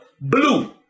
blue